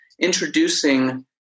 introducing